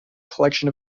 collection